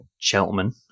gentlemen